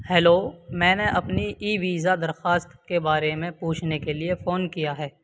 hello میں نے اپنی ای ویزا درخواست کے بارے میں پوچھنے کے لیے فون کیا ہے